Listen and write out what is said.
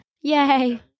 Yay